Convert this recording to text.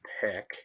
pick